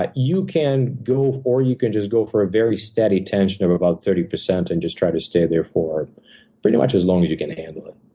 ah you can go, or you can just go for a very steady tension of about thirty percent, and just try to stay there for pretty much as long as you can handle it.